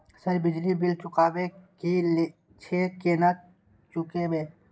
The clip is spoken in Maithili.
सर बिजली बील चुकाबे की छे केना चुकेबे?